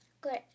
Good